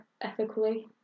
Ethically